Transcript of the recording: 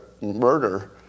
murder